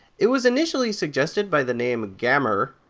it was initially suggested by the name gamr,